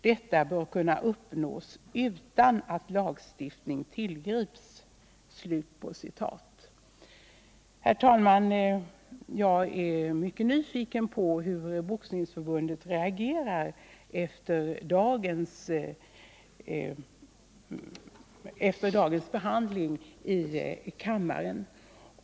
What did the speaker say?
Detta bör kunna uppnås utan att lagstiftning tillgrips.” Herr talman! Jag är mycket nyfiken på hur Boxningsförbundet reagerar efter dagens behandling i kammaren.